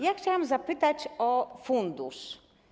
Ja chciałam zapytać o fundusz.